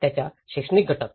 त्याचा शैक्षणिक घटक